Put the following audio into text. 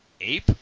ape